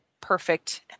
perfect